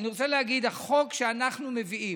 החוק שאנחנו מביאים,